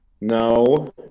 No